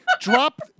Drop